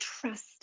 trust